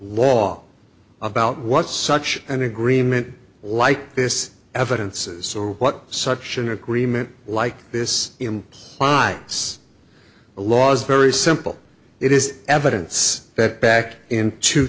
law about what such an agreement like this evidences so what such an agreement like this implies a laws very simple it is evidence that back in two